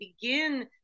begin